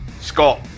Scott